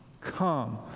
come